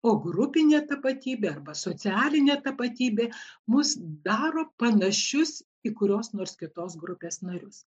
o grupinė tapatybė arba socialinė tapatybė mus daro panašius į kurios nors kitos grupės narius